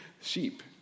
sheep